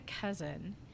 cousin